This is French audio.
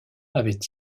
avait